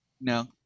No